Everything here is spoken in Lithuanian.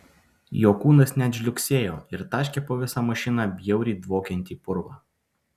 jo kūnas net žliugsėjo ir taškė po visą mašiną bjauriai dvokiantį purvą